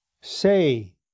say